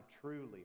truly